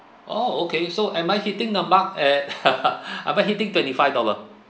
oh okay so am I hitting the mark at am I hitting twenty five dollar